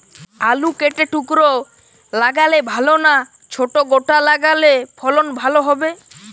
আলু কেটে টুকরো লাগালে ভাল না ছোট গোটা লাগালে ফলন ভালো হবে?